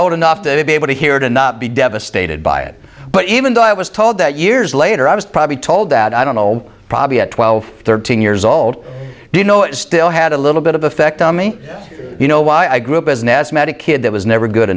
old enough to be able to hear it and not be devastated by it but even though i was told that years later i was probably told that i don't know probably at twelve thirteen years old do you know it still had a little bit of effect on me you know why i grew up as an asthmatic kid that was never good